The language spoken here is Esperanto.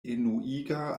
enuiga